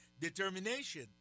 Determination